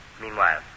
Meanwhile